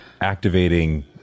activating